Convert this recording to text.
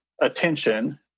attention